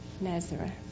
Nazareth